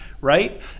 right